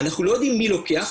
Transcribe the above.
אנחנו לא יודעים מי לוקח,